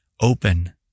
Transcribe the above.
Open